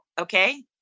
Okay